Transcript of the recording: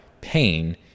pain